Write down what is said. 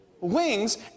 Wings